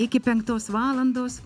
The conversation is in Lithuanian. iki penktos valandos